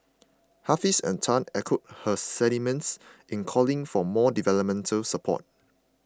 Hafiz and Tan echoed her sentiments in calling for more developmental support